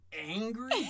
angry